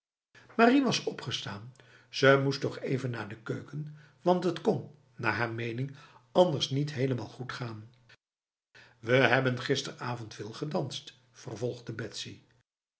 marie was opgestaan ze moest toch even naar de keuken want het kon naar haar mening anders niet helemaal goed gaan we hebben gisteravond veel gedanst vervolgde betsy